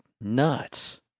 nuts